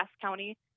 County